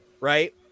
right